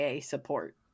support